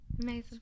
Amazing